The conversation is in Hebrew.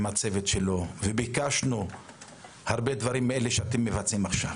הצוות שלו וביקשנו הרבה דברים מאלה שאתם מבצעים עכשיו,